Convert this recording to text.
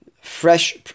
fresh